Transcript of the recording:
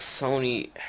sony